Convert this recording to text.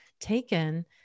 taken